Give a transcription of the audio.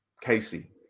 Casey